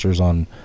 on